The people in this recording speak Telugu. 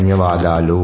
ధన్యవాదాలు